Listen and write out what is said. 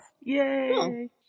Yay